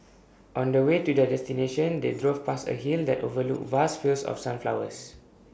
on the way to their destination they drove past A hill that overlooked vast fields of sunflowers